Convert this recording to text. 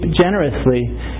generously